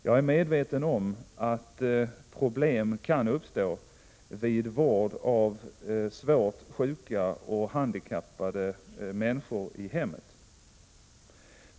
Jag är medveten om att problem kan uppstå vid vård av svårt sjuka och handikappade människor i hemmet.